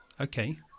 Okay